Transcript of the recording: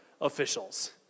officials